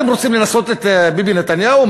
אתם רוצים לנסות את ביבי נתניהו?